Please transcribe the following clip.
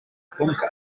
pwnc